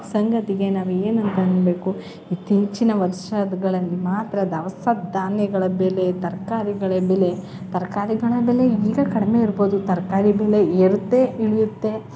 ಸಂಗತಿಗೆ ನಾವು ಏನಂತ ಅನ್ನಬೇಕು ಅತಿ ಹೆಚ್ಚಿನ ವರ್ಷಗಳಲ್ಲಿ ಮಾತ್ರ ದವಸ ಧಾನ್ಯಗಳ ಬೆಲೆ ತರಕಾರಿಗಳ ಬೆಲೆ ತರಕಾರಿಗಳ ಬೆಲೆ ಈಗ ಕಡಿಮೆ ಇರ್ಬೋದು ತರಕಾರಿ ಬೆಲೆ ಏರುತ್ತೆ ಇಳಿಯುತ್ತೆ